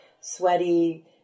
sweaty